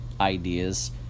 ideas